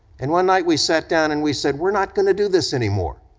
and one night we sat down, and we said, we're not gonna do this anymore.